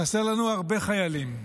חסרים לנו הרבה חיילים,